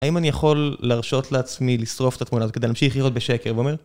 האם אני יכול לרשות לעצמי לשרוף את התמונה הזאת כדי להמשיך לראות בשקר?